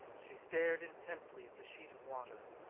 she stared intently at the sheet of water.